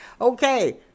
Okay